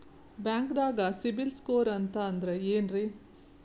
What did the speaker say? ಬ್ಯಾಂಕ್ದಾಗ ಸಿಬಿಲ್ ಸ್ಕೋರ್ ಅಂತ ಅಂದ್ರೆ ಏನ್ರೀ?